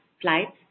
flights